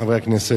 חברי הכנסת,